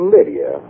Lydia